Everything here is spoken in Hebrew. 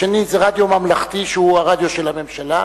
השני זה רדיו ממלכתי שהוא הרדיו של הממשלה,